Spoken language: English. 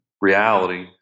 reality